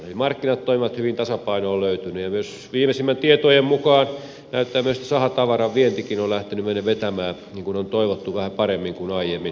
eli markkinat toimivat hyvin tasapaino on löytynyt ja viimeisimpien tietojen mukaan näyttää myöskin että sahatavaran vientikin on lähtenyt vetämään niin kuin on toivottu vähän paremmin kuin aiemmin